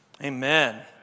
Amen